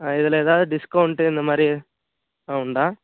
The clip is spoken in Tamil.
இதில் ஏதாவது டிஸ்கவுண்ட்டு இந்த மாதிரி உண்டா